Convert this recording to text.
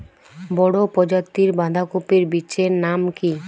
বড় প্রজাতীর বাঁধাকপির বীজের নাম কি?